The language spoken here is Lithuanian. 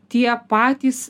tie patys